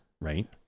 right